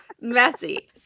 messy